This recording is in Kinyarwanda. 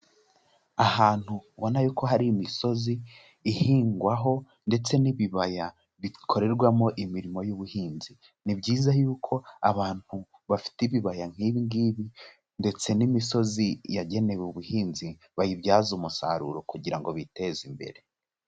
Ahantu ubona y'uko hari imisozi ihingwaho ndetse n'ibibaya bikorerwamo imirimo y'ubuhinzi, ni byiza y'uko abantu bafite ibibaya nk'ibi ngibi ndetse n'imisozi yagenewe ubuhinzi bayibyaza umusaruro kugira ngo biteze imbere.